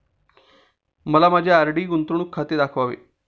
मला माझे आर.डी गुंतवणूक खाते दाखवावे